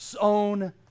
own